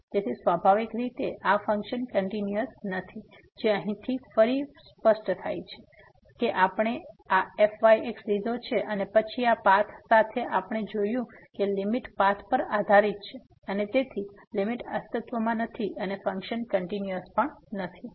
તેથી સ્વાભાવિક રીતે આ ફંકશન્સ કંટીન્યુઅસ નથી જે અહીંથી ફરી સ્પષ્ટ થાય છે કે આપણે આ fyx લીધો છે અને પછી આ પાથ સાથે આપણે જોયું છે કે લીમીટ પાથ પર આધારીત છે અને તેથી લીમીટ અસ્તિત્વમાં નથી અને ફંકશન્સ કંટીન્યુઅસ નથી